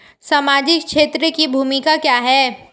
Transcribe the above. सामाजिक क्षेत्र की भूमिका क्या है?